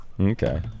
Okay